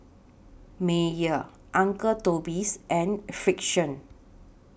Mayer Uncle Toby's and Frixion